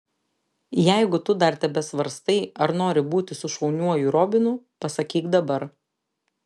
jeigu tu dar tebesvarstai ar nori būti su šauniuoju robinu pasakyk dabar